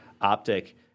optic